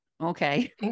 Okay